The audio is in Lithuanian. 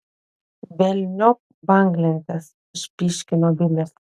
velniop banglentes išpyškino bilis